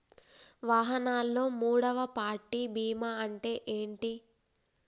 వాహనాల్లో మూడవ పార్టీ బీమా అంటే ఏంటి?